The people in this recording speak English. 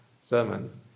sermons